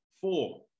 Four